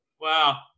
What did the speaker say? Wow